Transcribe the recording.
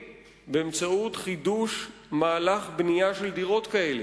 באמצעות חידוש מהלך בנייה של דירות כאלה.